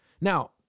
Now